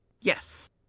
Yes